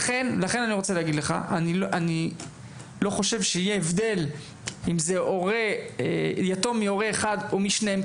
אני לא חושב שיהיה הבדל אם זה יתום מהורה אחד או משניהם,